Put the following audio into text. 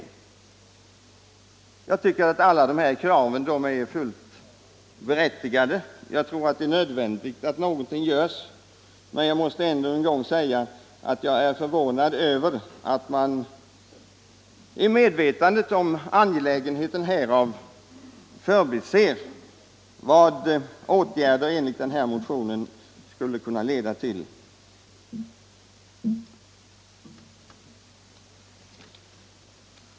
Alla fullt berättigade krav där det är nödvändigt att någonting görs. Men jag måste än en gång säga att jag är förvånad över att man då helt förbiser vad åtgärder enligt denna motion skulle kunna leda till.